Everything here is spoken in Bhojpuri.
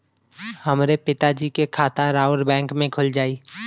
हमरे पिता जी के खाता राउर बैंक में खुल जाई?